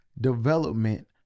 development